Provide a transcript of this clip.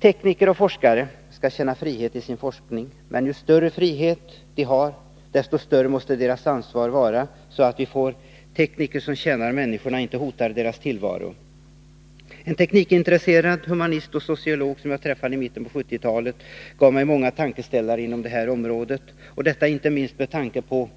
Tekniker och forskare skall känna frihet i sin forskning, men ju större frihet de har, desto större måste deras ansvar vara, så att vi får tekniker som tjänar människan — och inte hotar deras tillvaro. En teknikintresserad humanist och sociolog som jag träffade i mitten av 1970-talet gav mig många tankeställare inom detta ämnesområde, detta inte minst med tanke på att